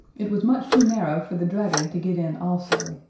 it was much too narrow for the dragon to get in also,